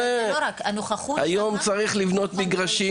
היום צריך לבנות מגרשים